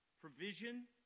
Provision